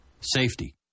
Safety